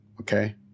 Okay